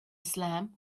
slam